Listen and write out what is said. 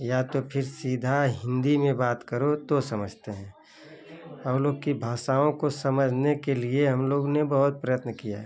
या तो फिर सीधा हिन्दी में बात करो तो समझते हैं हम लोग की भाषाओं को समझने के लिए हम लोग ने बहोत प्रयत्न किए हैं